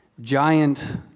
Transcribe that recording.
giant